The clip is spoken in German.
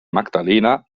magdalena